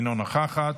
אינה נוכחת,